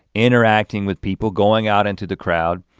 interacting with people going out into the crowd,